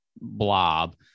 blob